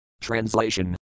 Translation